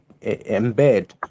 embed